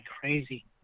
crazy